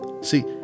See